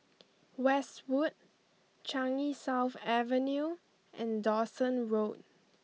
Westwood Changi South Avenue and Dawson Road